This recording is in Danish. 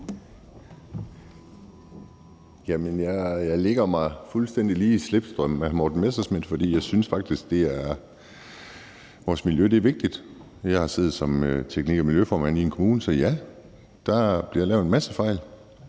Jeg lægger mig fuldstændig lige i slipstrømmen af hr. Morten Messerschmidt, for jeg synes faktisk, at vores miljø er vigtigt. Jeg har siddet som teknik- og miljøformand i en kommune – og ja, der bliver lavet en masse fejl.